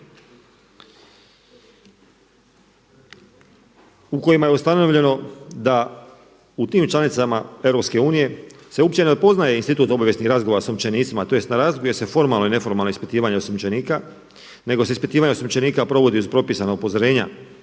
u kojima je ustanovljeno da u tim članicama EU se uopće ne poznaje institut obavijesnih razgovora sa osumnjičenicima tj. na razlikuje se uopće formalna i neformalna ispitivanja osumnjičenika, nego se ispitivanje osumnjičenika provodi uz propisana upozorenja,